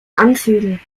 anzügen